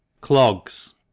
Clogs